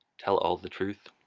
tell all the truth